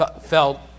felt